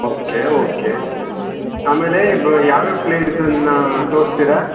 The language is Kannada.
ಓಕೆ ಓಕೆ ಆಮೇಲೆ ಬ ಯಾವ್ಯಾವ ಪ್ಲೇಸನ್ನು ತೋರಿಸ್ತೀರಾ